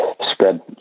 spread